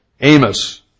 Amos